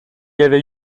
avait